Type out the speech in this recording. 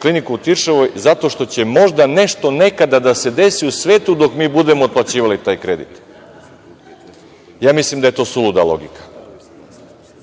kliniku u Tiršovoj zato što će možda nešto nekada da se desi u svetu dok mi budemo otplaćivali taj kredit. Ja mislim da je to suluda logika. Moram